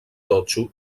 totxo